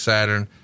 Saturn